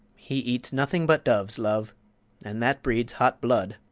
he eats nothing but doves, love and that breeds hot blood,